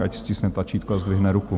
Ať stiskne tlačítko a zdvihne ruku.